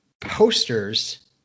posters